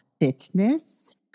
fitness